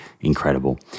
incredible